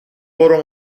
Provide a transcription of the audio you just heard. برو